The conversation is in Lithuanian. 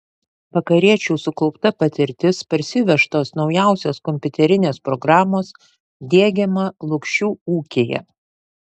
vakariečių sukaupta patirtis parsivežtos naujausios kompiuterinės programos diegiama lukšių ūkyje